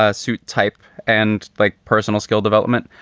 ah suit type and like personal skill development.